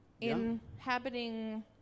inhabiting